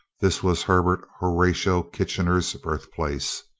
this was herbert horatio kitchener's birthplace.